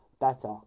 better